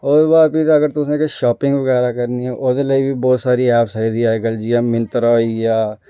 ओह्दे अगर तुसें शपिंग बगैरा करनी होए ओह्दे लेई बड़ी सारी ऐपस आई दी जियां मिनतरां होइया